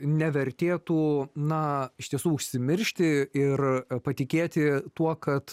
nevertėtų na iš tiesų užsimiršti ir patikėti tuo kad